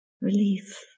relief